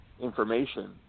information